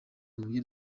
huye